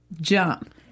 jump